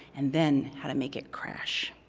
and then how to make it crash.